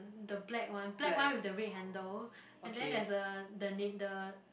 the black one black one with the red handle and then there's a the na~ the